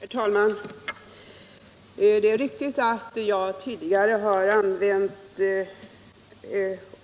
Herr talman! Det är riktigt att jag tidigare har använt